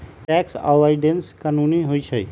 tax avoidance कानूनी होइ छइ